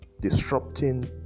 disrupting